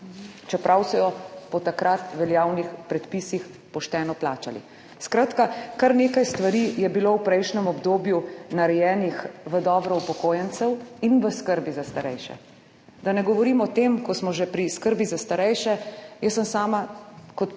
čeprav so jo po takrat veljavnih predpisih pošteno plačali. Skratka, kar nekaj stvari je bilo v prejšnjem obdobju narejenih v dobro upokojencev in v skrbi za starejše. Da ne govorim o tem, ko smo že pri skrbi za starejše, jaz sem sama kot prejšnja